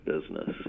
business